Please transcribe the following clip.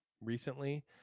recently